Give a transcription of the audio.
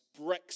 Brexit